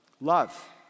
Love